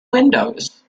windows